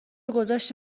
گذاشتی